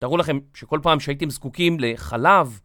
תארו לכם שכל פעם שהייתם זקוקים לחלב...